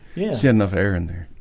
enough air in there